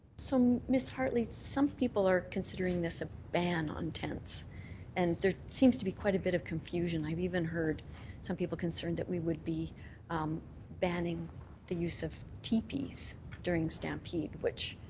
ms hartley, some people are considering this a ban on tents and there seems to be quite a bit of confusion. i've even heard some people concerned that we would be banning the use of tepees during stampede, which